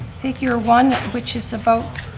figure one, which is about